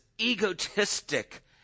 egotistic